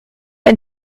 ein